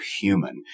human